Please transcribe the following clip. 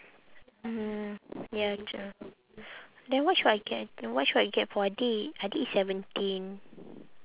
mm ya true then what should I get what should I get for adik adik seventeen